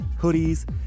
hoodies